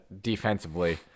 defensively